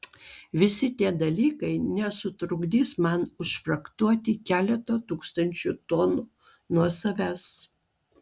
visi tie dalykai nesutrukdys man užfrachtuoti keleto tūkstančio tonų nuo savęs